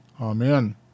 Amen